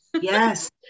Yes